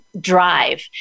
drive